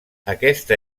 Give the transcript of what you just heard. aquesta